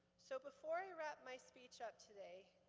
so before i wrap my speech up today,